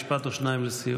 משפט או שניים לסיום?